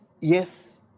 yes